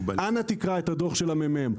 אנא תקרא את הדוח של הממ"מ.